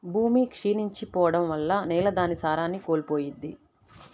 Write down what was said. భూమి క్షీణించి పోడం వల్ల నేల దాని సారాన్ని కోల్పోయిద్ది